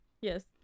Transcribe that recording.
Yes